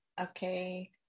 okay